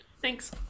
Thanks